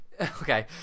Okay